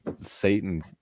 Satan